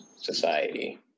society